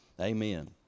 Amen